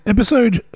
Episode